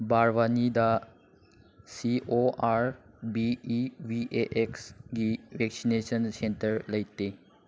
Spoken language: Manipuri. ꯕꯔꯋꯥꯅꯤꯗ C O R B E V A ꯑꯦꯛꯁꯒꯤ ꯚꯦꯛꯁꯤꯅꯦꯁꯟ ꯁꯦꯟꯇꯔ ꯂꯩꯇꯦ